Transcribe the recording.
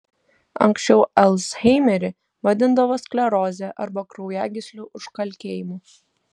anksčiau alzheimerį vadindavo skleroze arba kraujagyslių užkalkėjimu